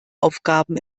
aufgaben